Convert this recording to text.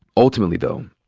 ultimately though,